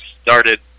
started